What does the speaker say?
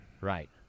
right